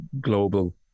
global